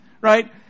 right